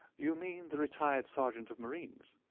you mean the retired sergeant of marines,